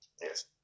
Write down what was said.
Yes